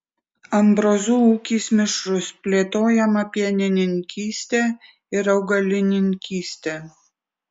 ambrozų ūkis mišrus plėtojama pienininkystė ir augalininkystė